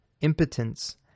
impotence